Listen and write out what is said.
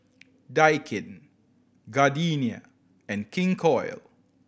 Daikin Gardenia and King Koil